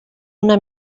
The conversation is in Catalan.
una